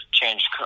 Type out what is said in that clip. changed